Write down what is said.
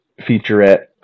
featurette